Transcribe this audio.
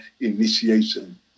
initiation